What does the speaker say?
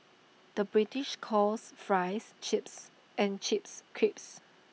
the British calls Fries Chips and Chips Crisps